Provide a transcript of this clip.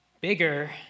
Bigger